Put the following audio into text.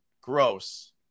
gross